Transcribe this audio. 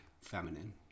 feminine